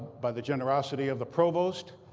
by the generosity of the provost.